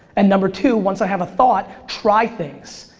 and number two, once i have a thought, try things.